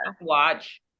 watch